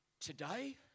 Today